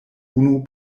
unu